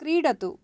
क्रीडतु